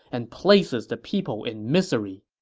and places the people in misery.